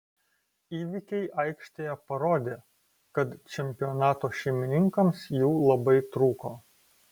įvykiai aikštėje parodė kad čempionato šeimininkams jų labai trūko